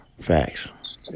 Facts